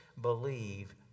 believe